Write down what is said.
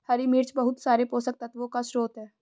हरी मिर्च बहुत सारे पोषक तत्वों का स्रोत है